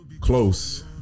Close